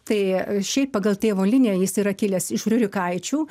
tai šiaip pagal tėvo liniją jis yra kilęs iš riurikaičių